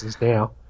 now